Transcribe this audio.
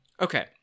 Okay